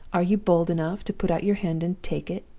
are you bold enough to put out your hand and take it